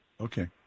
Okay